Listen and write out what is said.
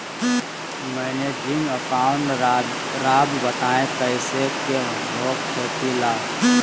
Managing account राव बताएं कैसे के हो खेती ला?